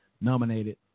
nominated